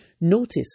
Notice